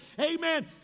amen